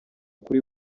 kuri